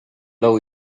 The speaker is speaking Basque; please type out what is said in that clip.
lau